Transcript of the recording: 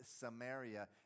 Samaria